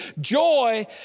joy